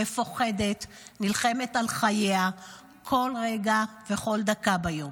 מפוחדת, נלחמת על חייה כל רגע וכל דקה ביום".